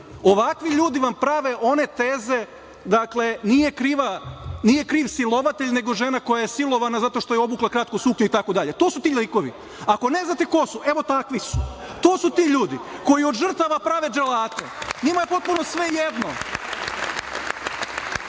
ovakvi ljudi vam prave one teze, dakle nije kriv silovatelj nego žena koja silovana zato što je obukla kratku suknju, itd. To su ti likovi. Ako ne znate ko su, evo takvi su. To su ti ljudi koji od žrtava prave dželate. Njima je potpuno svejedno. Dakle,